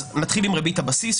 נתחיל עם ריבית הבסיס,